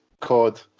COD